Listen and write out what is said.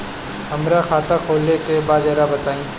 हमरा खाता खोले के बा जरा बताई